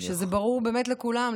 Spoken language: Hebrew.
זה ברור באמת לכולם,